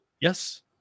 Yes